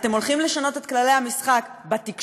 אתם הולכים לשנות את כללי המשחק בתקשורת,